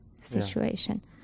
situation